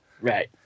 Right